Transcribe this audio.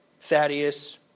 Thaddeus